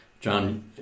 John